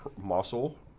muscle